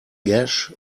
gash